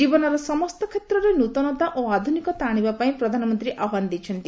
ଜୀବନର ସମସ୍ତ କ୍ଷେତ୍ରରେ ନୃତନତା ଓ ଆଧୁନିକତା ଆଶିବାପାଇଁ ପ୍ରଧାନମନ୍ତ୍ରୀ ଆହ୍ୱାନ ଦେଇଛନ୍ତି